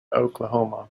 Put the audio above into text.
oklahoma